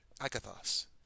agathos